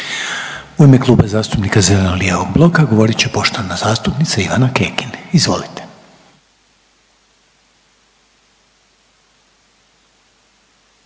U ime Kluba zastupnika zeleno-lijevog bloka govorit će poštovana zastupnica Ivana Kekin, izvolite.